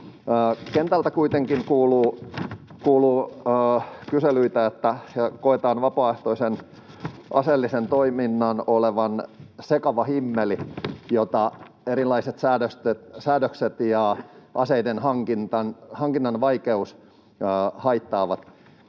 Kentältä kuitenkin kuuluu kyselyitä, että koetaan vapaaehtoisen aseellisen toiminnan olevan sekava himmeli, jota erilaiset säädökset ja aseiden hankinnan vaikeus haittaavat.